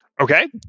okay